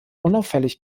unauffällig